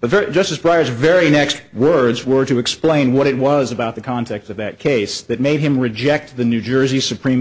but justice briar's very next words were to explain what it was about the context of that case that made him reject the new jersey supreme